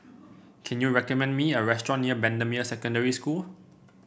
can you recommend me a restaurant near Bendemeer Secondary School